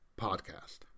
podcast